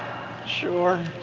sure.